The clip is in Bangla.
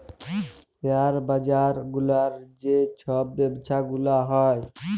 শেয়ার বাজার গুলার যে ছব ব্যবছা গুলা হ্যয়